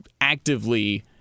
actively